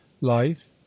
Life